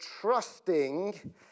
trusting